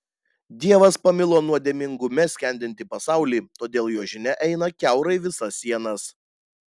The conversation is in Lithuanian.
dievas pamilo nuodėmingume skendintį pasaulį todėl jo žinia eina kiaurai visas sienas